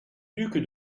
duc